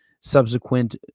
subsequent